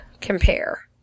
compare